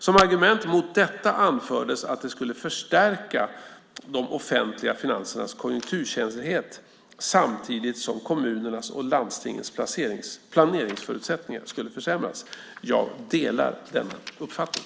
Som argument mot detta anfördes att det skulle förstärka de offentliga finansernas konjunkturkänslighet samtidigt som kommunernas och landstingens planeringsförutsättningar skulle försämras. Jag delar denna uppfattning.